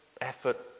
effort